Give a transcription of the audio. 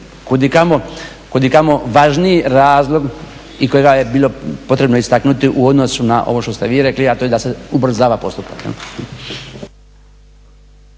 kudikamo važniji razlog i kojega je bilo potrebno istaknuti u odnosu na ovo što ste vi rekli a to je da se ubrzava postupak.